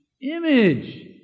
Image